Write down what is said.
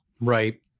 Right